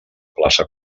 plaça